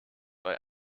bei